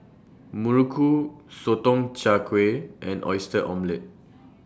Muruku Sotong Char Kway and Oyster Omelette